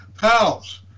pals